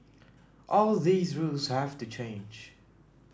all these rules have to change